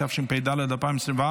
התשפ"ד 2024,